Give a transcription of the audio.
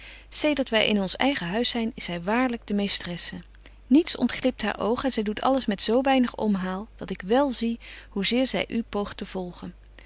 zedert wy in ons eigen huis zyn is zy waarlyk de meestresse niets ontglipt haar oog en zy doet alles met zo weinig omhaal dat ik wél zie hoe zeer zy u poogt te volgen